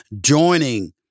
joining